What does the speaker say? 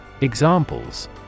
Examples